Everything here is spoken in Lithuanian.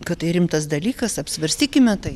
kad tai rimtas dalykas apsvarstykime tai